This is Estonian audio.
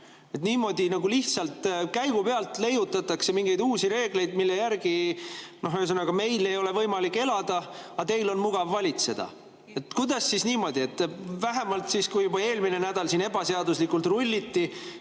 Niimoodi lihtsalt käigu pealt leiutatakse mingeid uusi reegleid, mille järgi meil ei ole võimalik elada, aga teil on mugav valitseda. Kuidas siis niimoodi? Kuna eelmisel nädalal siin ebaseaduslikult rulliti,